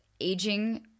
aging